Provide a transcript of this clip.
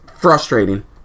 frustrating